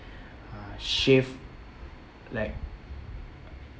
uh shave like